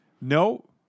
No